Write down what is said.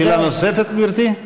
שאלה נוספת, גברתי?